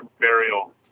burial